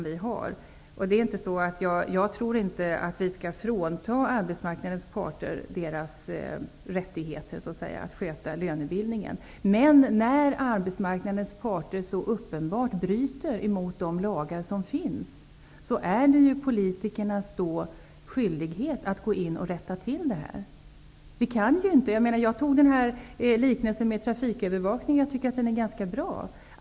Jag tycker inte heller att arbetsmarknadens parter skall fråntas sina rättigheter att sköta lönebildningen, men när de så uppenbart bryter mot de lagar som finns är det politikernas skyldighet att gå in och rätta till det. Jag gjorde en liknelse med trafikövervakningen, som jag tycker är ganska bra.